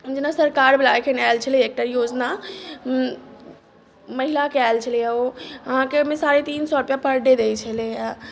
जेना सरकारवला एखन आयल छलै एकटा योजना महिलाके आयल छलै ओ अहाँकेँ ओहिमे साढ़े तीन सए रुपैआ पर डे दैत छलैए